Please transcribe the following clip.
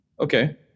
okay